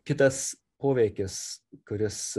kitas poveikis kuris